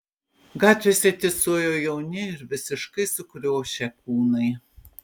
gatvėse tysojo jauni ir visiškai sukriošę kūnai